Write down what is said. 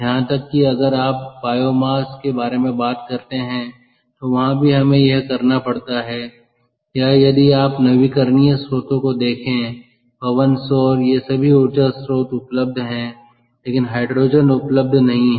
यहां तक कि अगर आप बायोमास के बारे में बात करते हैं तो वहां भी हमें यह करना पड़ता है या यदि आप नवीकरणीय स्रोतों को देखें पवन सौर ये सभी ऊर्जा स्रोत उपलब्ध हैं लेकिन हाइड्रोजन उपलब्ध नहीं है